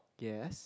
yes